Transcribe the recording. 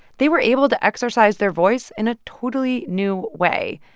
they were able to exercise their voice in a totally new way.